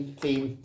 theme